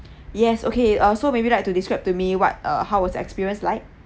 yes okay uh so maybe like to describe to me what uh how was the experience like